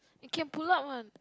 it can pull up one